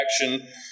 action